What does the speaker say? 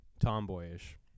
tomboyish